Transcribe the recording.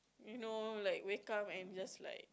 you know like wake up and just like